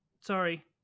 sorry